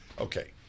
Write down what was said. okay